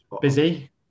busy